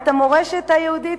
את המורשת היהודית,